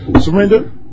surrender